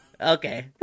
okay